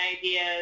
ideas